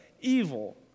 evil